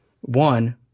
One